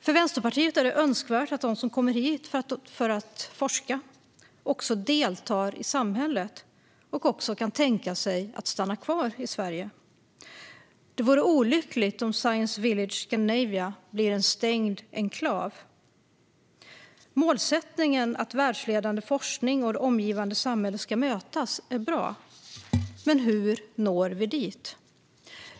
För Vänsterpartiet är det önskvärt att de som kommer hit för att forska också deltar i samhället och kan tänka sig att stanna kvar. Det vore olyckligt om Science Village Scandinavia blir en stängd enklav. Målsättningen att världsledande forskning och det omgivande samhället ska mötas är bra, men hur når vi dit?